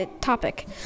topic